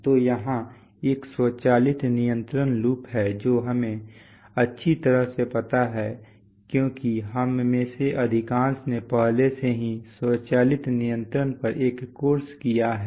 तो यहाँ एक स्वचालित नियंत्रण लूप है जो हमें अच्छी तरह से पता है क्योंकि हम में से अधिकांश ने पहले से ही स्वचालित नियंत्रण पर एक कोर्स किया है